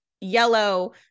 yellow